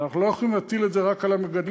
אנחנו לא יכולים להטיל את זה רק על המגדלים,